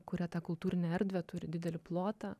kuria tą kultūrinę erdvę turi didelį plotą